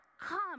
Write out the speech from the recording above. come